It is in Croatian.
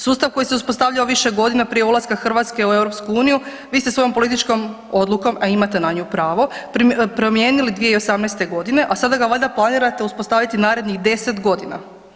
Sustav koji se uspostavljao više godina prije ulaska Hrvatske u EU, vi ste svojom političkom odlukom a imate na nju pravo, promijenili 2018. g. a sada ga valjda planirate uspostaviti narednih 10 godina.